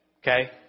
Okay